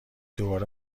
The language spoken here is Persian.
دوباره